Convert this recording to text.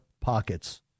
pockets